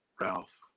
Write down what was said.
Ralph